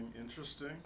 interesting